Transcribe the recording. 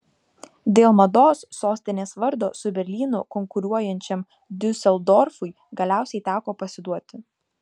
dėl mados sostinės vardo su berlynu konkuruojančiam diuseldorfui galiausiai teko pasiduoti